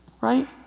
Right